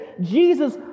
Jesus